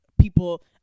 people